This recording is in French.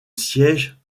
siège